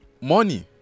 money